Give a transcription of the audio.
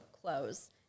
clothes